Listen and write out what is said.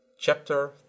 Chapter